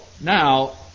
now